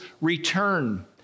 return